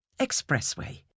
Expressway